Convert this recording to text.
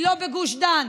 הוא נתן,